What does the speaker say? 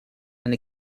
and